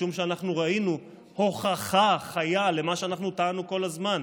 ראינו הוכחה חיה למה שאנחנו טענו כל הזמן,